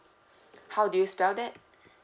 how do you spell that